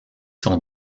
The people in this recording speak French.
sont